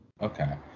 Okay